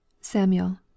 samuel